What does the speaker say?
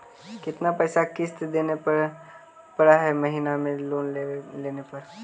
कितना पैसा किस्त देने पड़ है महीना में लोन लेने पर?